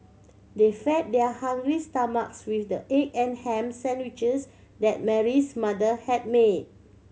they fed their hungry stomachs with the egg and ham sandwiches that Mary's mother had made